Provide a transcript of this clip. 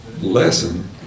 lesson